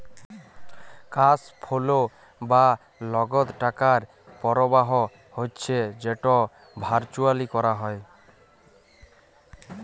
cash flow বা লগদ টাকার পরবাহ হচ্যে যেট ভারচুয়ালি ক্যরা হ্যয়